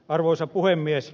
arvoisa puhemies